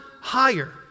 higher